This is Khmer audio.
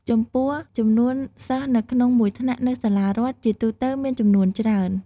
ចំពោះ ចំនួនសិស្សនៅក្នុងមួយថ្នាក់នៅសាលារដ្ឋជាទូទៅមានចំនួនច្រើន។